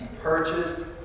purchased